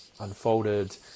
unfolded